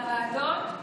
לוועדות,